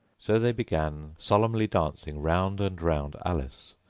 so they began solemnly dancing round and round alice,